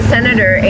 Senator